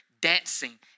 dancing